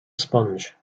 sponge